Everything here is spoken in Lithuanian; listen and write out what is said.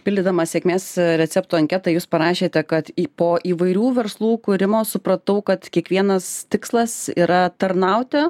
pildydamas sėkmės recepto anketą jūs parašėte kad į po įvairių verslų kūrimo supratau kad kiekvienas tikslas yra tarnauti